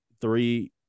three